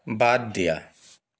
বাদ দিয়া